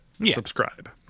Subscribe